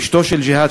אשתו של ג'האד,